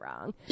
wrong